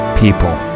people